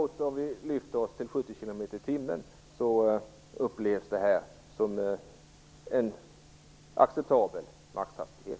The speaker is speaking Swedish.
Vi har därför höjt gränsen till 70 kilometer i timmen, som kan upplevas som en acceptabel maxhastighet.